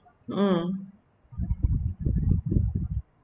mm